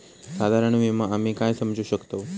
साधारण विमो आम्ही काय समजू शकतव?